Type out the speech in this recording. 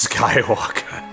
Skywalker